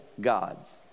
gods